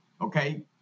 Okay